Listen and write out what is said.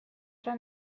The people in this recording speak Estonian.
ära